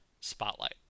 spotlight